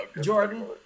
Jordan